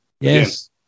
Yes